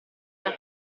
era